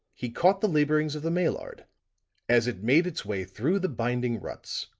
he caught the laborings of the maillard as it made its way through the binding ruts